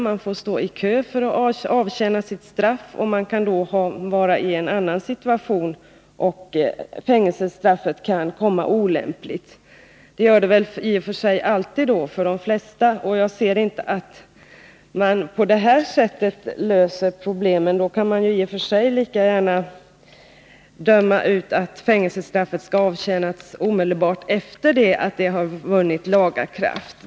Man får stå i kö för att få avtjäna sitt straff, och man kan då när det är dags vara i en annan situation, så att fängelsestraffet kan komma olämpligt. Det gör det väl i och för sig alltid för de flesta, och jag ser inte att man på det här sättet löser problemen. Då kan man lika gärna kräva att fängelsestraff skall avtjänas omedelbart efter det att en dom vunnit laga kraft.